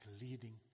leading